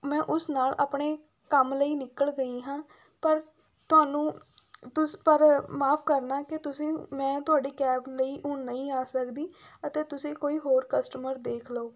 ਮੈਂ ਉਸ ਨਾਲ਼ ਆਪਣੇ ਕੰਮ ਲਈ ਨਿਕਲ ਗਈ ਹਾਂ ਪਰ ਤੁਹਾਨੂੰ ਤੁਸੀਂ ਪਰ ਮਾਫ਼ ਕਰਨਾ ਕਿ ਤੁਸੀਂ ਮੈਂ ਤੁਹਾਡੀ ਕੈਬ ਲਈ ਹੁਣ ਨਹੀਂ ਆ ਸਕਦੀ ਅਤੇ ਤੁਸੀਂ ਕੋਈ ਹੋਰ ਕਸਟਮਰ ਦੇਖ ਲਓ